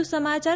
વધુ સમાચાર